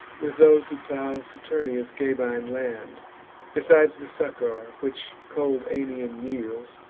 with those who plow saturnia's gabine land besides the succor which cold anien yields,